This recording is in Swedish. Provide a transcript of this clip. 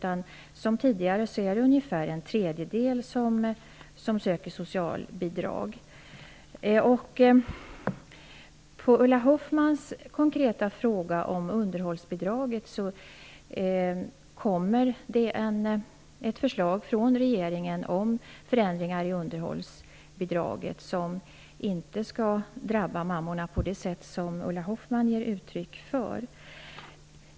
Liksom tidigare är det ungefär en tredjedel som söker socialbidrag. På Ulla Hoffmanns konkreta fråga om underhållsbidraget vill jag svara att det kommer ett förslag från regeringen om förändringar i underhållsbidraget som inte skall drabba mammorna på det sätt som Ulla Hoffmann ger uttryck för.